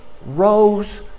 rose